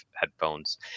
headphones